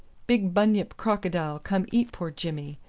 big bunyip crocodile come eat poor jimmy.